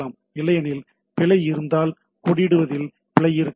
இல்லையெனில் பிழை இருந்தால் கொடியிடுவதில் பிழை இருக்க வேண்டும்